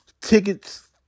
tickets